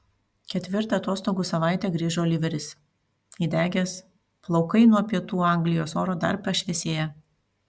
ketvirtą atostogų savaitę grįžo oliveris įdegęs plaukai nuo pietų anglijos oro dar pašviesėję